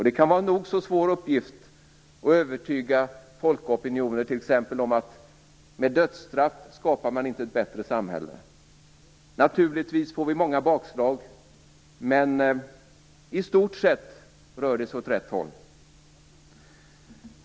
Det kan vara en nog så svår uppgift att övertyga folkopinioner t.ex. om att man inte skapar ett bättre samhälle med dödsstraff. Naturligtvis blir det många bakslag, men i stort sett rör det sig åt rätt håll.